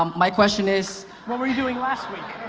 um my question is what were you doing last week?